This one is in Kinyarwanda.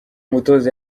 mutoza